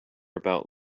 about